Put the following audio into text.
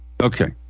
Okay